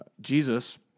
Jesus